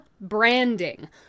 branding